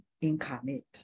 incarnate